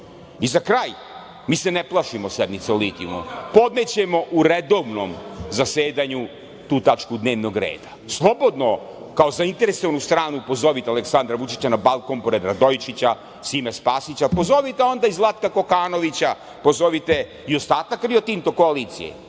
kraj, mi se ne plašimo sednice o litijumu. Podnećemo u redovnom zasedanju tu tačku dnevnog reda. Slobodno kao zainteresovanu stranu pozovite Aleksandra Vučića na balkon pored Radojičića, Sime Spasića, pozovite onda i Zlatka Kokanovića, pozovite i ostatak Rio Tinto koalicije.